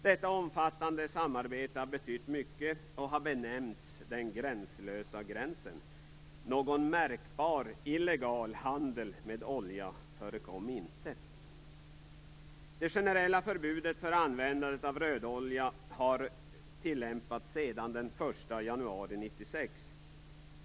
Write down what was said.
Detta omfattande samarbete har betytt mycket, och det har benämnts "den gränslösa gränsen." Någon märkbar illegal handel med olja förekom inte. Det generella förbudet mot användandet av rödolja har tillämpats sedan den 1 januari 1996.